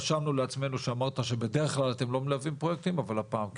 רשמנו לעצמנו שאמרת שבדרך כלל אתם לא מלווים פרויקטים אבל הפעם כן.